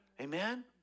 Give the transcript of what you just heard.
Amen